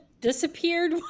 disappeared